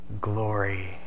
glory